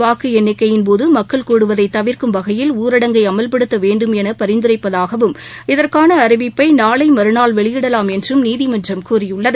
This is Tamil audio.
வாக்கு எண்ணிக்கையின் போது மக்கள் கூடுவதை தவிர்க்கும் வகையில் ஊரடங்கை அமல்படுத்த வேண்டும் என பரிந்துரைப்பதாகவும் இதற்கான அறிவிப்பை நாளை மறநாள் வெளியிடலாம் என்றும் நீதிமன்றம் கூறியுள்ளது